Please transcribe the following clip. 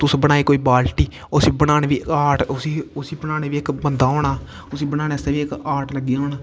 तुस बनाई कोई बाल्टी उसी बनाने दी आर्ट उसी उसी उसी बनाने ताहीं इक्क बंदा होना उसी बनाने आस्तै बी इक्क आर्ट लग्गे दा होना